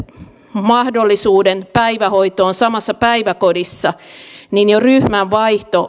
mahdollisuuden päivähoitoon samassa päiväkodissa metrin mittaiselle ihmiselle jo ryhmän vaihto